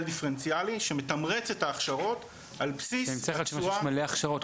דיפרנציאלי שמתמרץ את ההכשרות על בסיס --- אני מבין שיש מלא הכשרות,